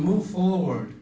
move forward